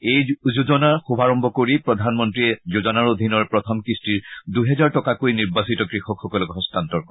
এই যোজনা শুভাৰম্ভ কৰি প্ৰধানমন্ত্ৰীয়ে যোজনাৰ অধীনৰ প্ৰথম কিন্তিৰ দূহেজাৰ টকাকৈ নিৰ্বাচিত কৃষকসকলক হস্তান্তৰ কৰে